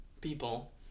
people